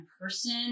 person